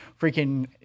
freaking